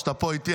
שאתה פה איתי,